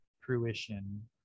fruition